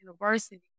University